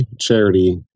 charity